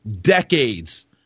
decades